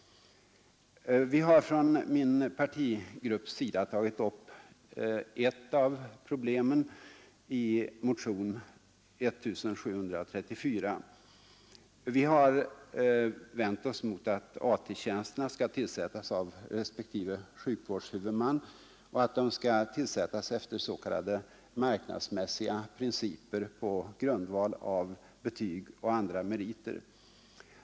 Vi har från min partigrupps sida i motionen 1734 tagit upp ett delproblem. Vi har vänt oss mot att AT-tjänsterna skall tillsättas av respektive sjukvårdshuvudman och att de skall tillsättas efter s.k. marknadsmässiga principer på grundval av betyg och andra meriter.